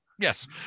Yes